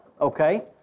Okay